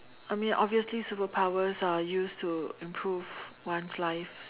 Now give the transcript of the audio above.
I mean obviously superpowers are used to improve one's life